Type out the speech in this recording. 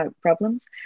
problems